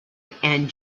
and